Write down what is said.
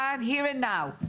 כאן זה כאן ועכשיו,